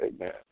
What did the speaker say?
Amen